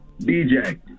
DJ